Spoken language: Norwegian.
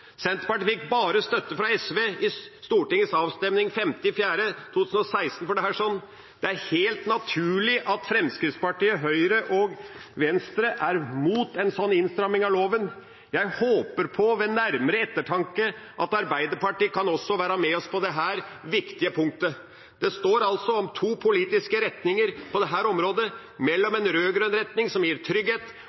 Senterpartiet fikk bare støtte fra SV i Stortingets avstemning den 5. april 2016 for dette. Det er helt naturlig at Fremskrittspartiet, Høyre og Venstre er imot en slik innstramming av loven. Jeg håper, ved nærmere ettertanke, at Arbeiderpartiet også kan være med oss på dette viktige punktet. Det står altså om to politiske retninger på dette området – mellom en rød-grønn retning, som gir trygghet,